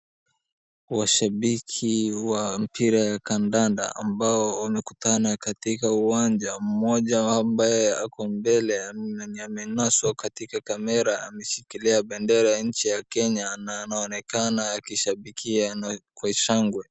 Washabiki wa mpira ya kandanda ambao wamekutana katika uwanja mmoja ambaye ako mbele mwenye ameunua soka kwenye kamera ameshikilia bendera ya nchi ya Kenya na anaonekana akishabikia na kwa shangwa.